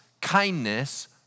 kindness